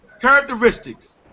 characteristics